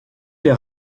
les